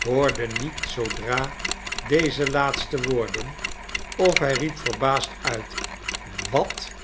hoorde niet zoodra deze laatste woorden of hij riep verbaasd uit wat